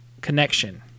connection